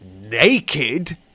naked